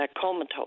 comatose